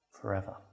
forever